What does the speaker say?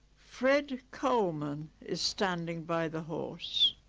fred coleman is standing by the horse